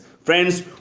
friends